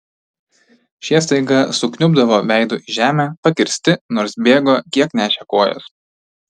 šie staiga sukniubdavo veidu į žemę pakirsti nors bėgo kiek nešė kojos